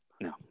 No